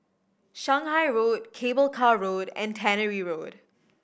Shanghai Road Cable Car Road and Tannery Road